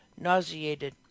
nauseated